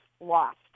lost